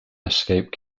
escaped